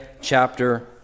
chapter